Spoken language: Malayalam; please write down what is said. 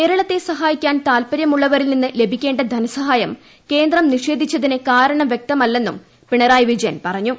കേരളത്തെ സഹായിക്കാൻ താല്പര്യമുള്ളവരിൽ നിന്ന് ലഭിക്കേണ്ട ധനസഹായം കേന്ദ്രം നിഷേധിച്ചതിന് കാരണം വ്യക്തമല്ലെന്നും പിണറായി വിജയൻ പറഞ്ഞു